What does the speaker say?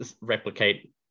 replicate